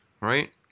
right